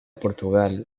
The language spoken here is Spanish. portugal